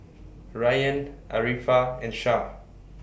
Rayyan Arifa and Shah